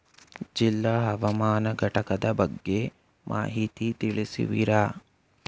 ಜಿಲ್ಲಾ ಹವಾಮಾನ ಘಟಕದ ಬಗ್ಗೆ ಮಾಹಿತಿ ತಿಳಿಸುವಿರಾ?